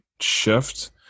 shift